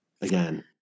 again